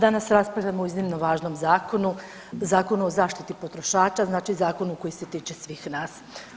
Danas raspravljamo o iznimno važnom zakonu, Zakonu o zaštititi potrošača, znači zakonu koji se tiče svih nas.